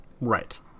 Right